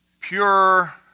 pure